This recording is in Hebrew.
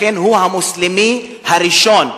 לכן הוא המוסלמי הראשון.